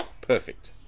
perfect